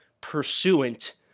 pursuant